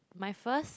my first